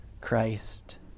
Christ